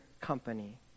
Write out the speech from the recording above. company